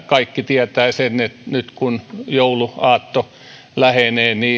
kaikki tietävät sen että nyt kun jouluaatto lähenee